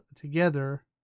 together